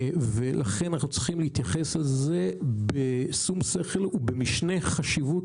לכן אנחנו צריכים להתייחס לזה בשום-שכל ובמשנה חשיבות,